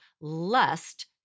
lust